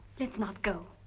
let's not go.